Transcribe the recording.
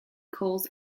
calls